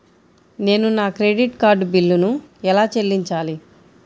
నేను నా credit card బిల్లును ఎలా చెల్లించాలీ?